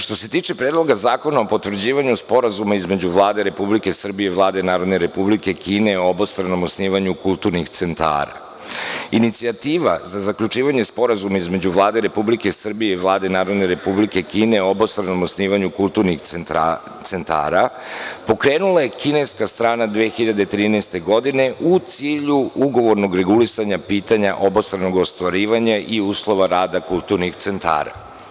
Što se tiče Predloga zakona o potvrđivanju Sporazuma između Vlade Republike Srbije i Vlade Narodne Republike Kine o obostranom osnivanju kulturnih centara, inicijativa za zaključivanje Sporazuma između Vlade Republike Srbije i Vlade Narodne Republike Kine o obostranom osnivanju kulturnih centara pokrenula je kineska strana 2013. godine u cilju ugovornog regulisanja pitanja obostranog ostvarivanja i uslova rada kulturnih centara.